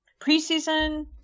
Preseason